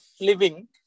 living